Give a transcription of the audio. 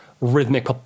rhythmic